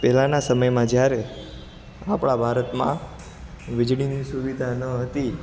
પહેલાના સમયમાં જ્યારે આપણા ભારતમાં વીજળીની સુવિધા નહોતી